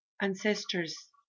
ancestors